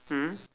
mm